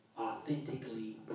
authentically